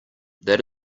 that